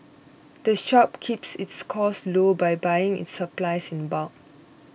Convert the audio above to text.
the shop keeps its costs low by buying its supplies in bulk